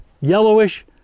yellowish